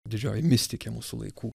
didžioji mistikė mūsų laikų